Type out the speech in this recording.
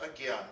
again